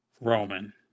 Roman